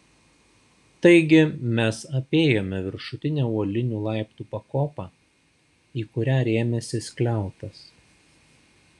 taigi mes apėjome viršutinę uolinių laiptų pakopą į kurią rėmėsi skliautas